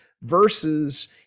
versus